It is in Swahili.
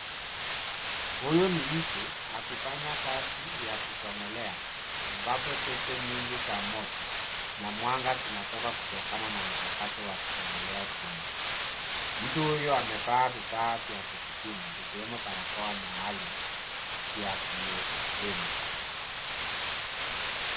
Huyu ni mtu akifanya kazi ya kuchomelea ambapo cheche nyingi za moto na mwanga zinatoka kutokana na mchakato wa kuchomelea chuma. Mtu huyo amevaa vifaa vya kujikinga ikiwemo barakoa maalum ya klehemu.